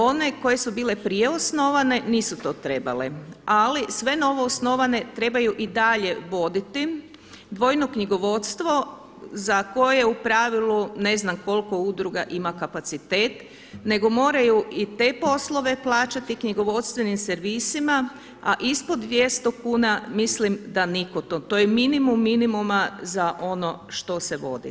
One koje su bile prije osnovane nisu to trebale, ali sve novoosnovane trebaju i dalje voditi dvojno knjigovodstvo za koje u pravilu, ne znam koliko udruga ima kapacitet nego moraju i te poslove plaćati knjigovodstvenim servisima, a ispod 200 kuna mislim da niko to, to je minimum minimuma za ono što se vodi.